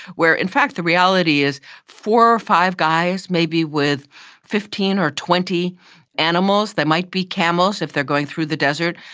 where in fact the reality is four or five guys, maybe with fifteen or twenty animals, they might be camels if they are going through the desert,